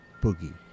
Boogie